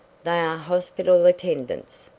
they are hospital attendants.